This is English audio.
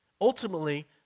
Ultimately